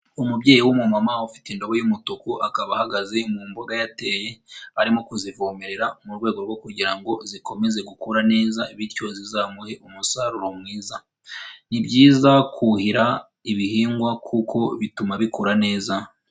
Umubyeyi w'umumama ufite indobo y'umutuku akaba ahagaze mu mboga yateye arimo kuzivomerera mu rwego rwo kugira ngo zikomeze gukura neza bityo zizamuhe umusaruro mwiza. Ni byiza kuhira ibihingwa kuko bituma bikura neza.